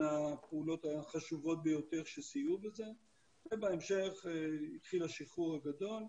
הפעולות החשובות ביותר שסייעו בזה ובהמשך התחיל השחרור הגדול.